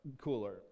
cooler